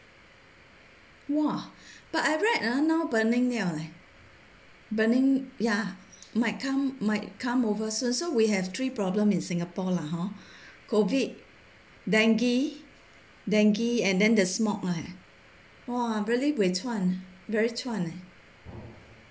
!wah! by right now burning liao leh burning ya might come might come overseas so we have three problem in singapore lah hor COVID dengue dengue and then the smoke leh !wah! really buay chuan very chuan eh